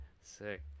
sick